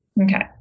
Okay